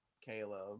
Caleb